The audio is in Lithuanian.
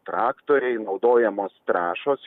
traktoriai naudojamos trąšos